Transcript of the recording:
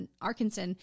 Arkansas